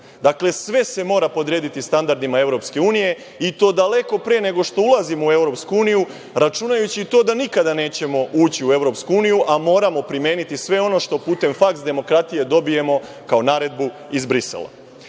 Dakle, sve se mora podrediti standardima EU, i to daleko pre, nego što ulazimo u EU, računajući i to, da nikada nećemo ući EU, a moramo primeniti sve ono što putem faks demokratije dobijemo kao naredbu iz Brisela. Krenuću